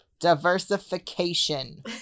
Diversification